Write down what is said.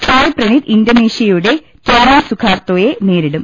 സായ് പ്രണിത് ഇന്തോനേഷ്യയുടെ ടോമി സുഖിയാർത്തോയെ നേരിടും